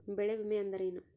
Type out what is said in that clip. ಬೆಳೆ ವಿಮೆ ಅಂದರೇನು?